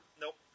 Nope